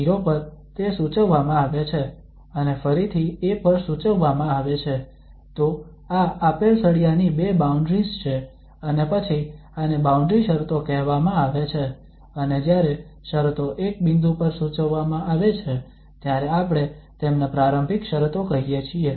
0 પર તે સૂચવવામાં આવે છે અને ફરીથી a પર સૂચવવામાં આવે છે તો આ આપેલ સળિયાની બે બાઉન્ડ્રીઝ છે પછી આને બાઉન્ડ્રી શરતો કહેવામાં આવે છે અને જ્યારે શરતો એક બિંદુ પર સૂચવવામાં આવે છે ત્યારે આપણે તેમને પ્રારંભિક શરતો કહીએ છીએ